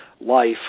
life